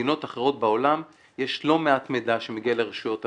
במדינות אחרות בעולם יש לא מעט מידע שמגיע לרשויות המס.